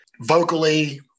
vocally